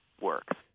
works